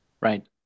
Right